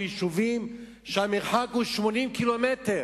יישובים שהמרחק ביניהם הוא 80 קילומטר,